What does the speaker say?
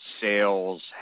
sales